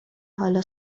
حالا